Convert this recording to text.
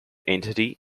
entity